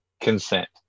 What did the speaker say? consent